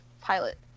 pilot